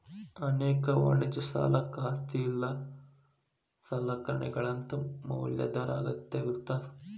ಅನೇಕ ವಾಣಿಜ್ಯ ಸಾಲಕ್ಕ ಆಸ್ತಿ ಇಲ್ಲಾ ಸಲಕರಣೆಗಳಂತಾ ಮ್ಯಾಲಾಧಾರ ಅಗತ್ಯವಿರ್ತದ